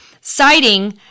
citing